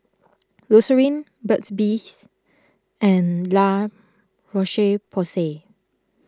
Eucerin Burt's Bees and La Roche Porsay